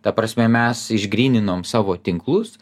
ta prasme mes išgryninom savo tinklus